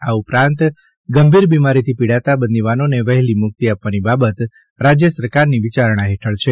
આ ઉપરાંત ગંભીર બીમારીથી પીડાતા બંદીવાનોને વહેલી મુક્તિ આપવાની બાબત રાજ્ય સરકારની વિચારણા હેઠળ છે